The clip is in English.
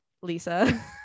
Lisa